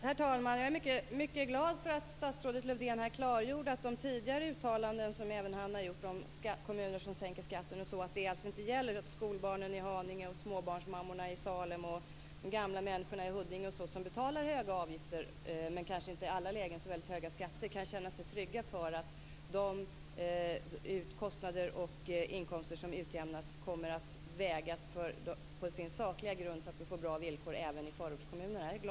Herr talman! Jag är mycket glad för att statsrådet Lövdén klargjorde att hans tidigare uttalanden om kommuner som sänker skatten inte gäller. Jag är glad för att skolbarnen i Haninge, småbarnsmammorna i Salem och de gamla i Huddinge som betalar höga avgifter, men kanske inte så höga skatter, kan känna sig trygga för att de kostnader och inkomster som utjämnas kommer att vägas på sin sakliga grund så att vi får bra villkor även i förortskommunerna.